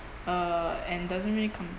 uh and doesn't really complain